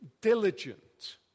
diligent